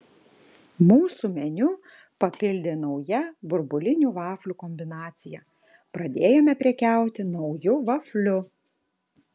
mūsų meniu papildė nauja burbulinių vaflių kombinacija pradėjome prekiauti nauju vafliu